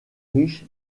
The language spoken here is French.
riche